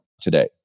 today